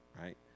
right